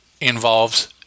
involves